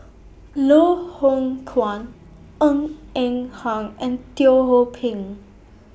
Loh Hoong Kwan Ng Eng Hang and Teo Ho Pin